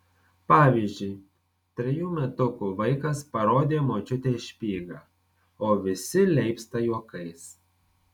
pavyzdžiui trejų metukų vaikas parodė močiutei špygą o visi leipsta juokais